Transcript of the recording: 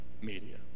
media